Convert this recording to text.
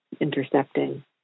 intercepting